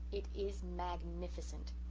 it is magnificent.